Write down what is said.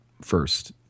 first